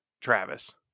Travis